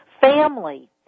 family